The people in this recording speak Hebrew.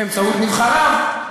באמצעות נבחריו,